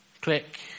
Click